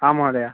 आं महोदय